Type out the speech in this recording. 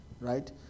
Right